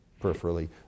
peripherally